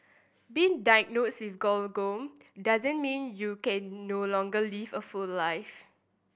being diagnosed with glaucoma doesn't mean you can no longer live a full life